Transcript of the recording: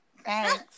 Thanks